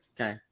Okay